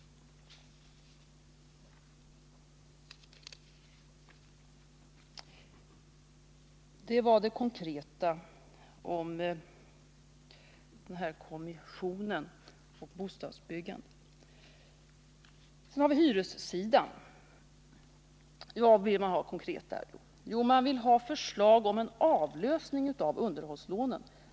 Sedan har vi hyressidan. Vad vill man då ha konkret där? Jo, man vill ha förslag om en avlösning av underhållslånen.